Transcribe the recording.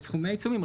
את סכומי העיצומים,